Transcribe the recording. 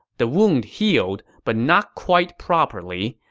the wound healed, but not quite properly,